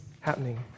happening